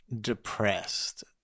depressed